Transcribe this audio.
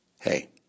hey